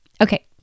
Okay